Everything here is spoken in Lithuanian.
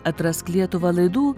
atrask lietuvą laidų